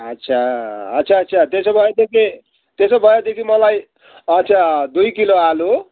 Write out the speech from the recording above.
अच्छा अच्छा अच्छा त्यसो भए तिमी त्यसो भएदेखि मलाई अच्छा दुई किलो आलु